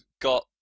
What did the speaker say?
got